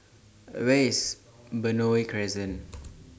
Where IS Benoi Crescent